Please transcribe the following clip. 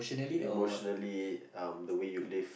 emotionally um the way you live